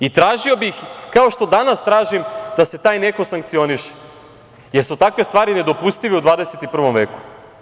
I tražio bih, kao što danas tražim, da se taj neko sankcioniše, jer su takve stvari nedopustive u 21. veku.